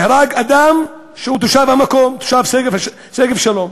אדם שהוא תושב המקום, תושב שגב-שלום,